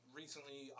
recently